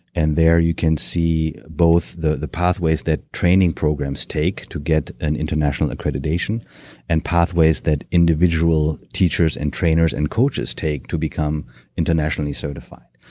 and there you can see both the the pathways that training programs take to get an international accreditation and pathways that individual teachers and trainers and coaches take to become internationally certified.